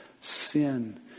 sin